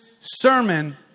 sermon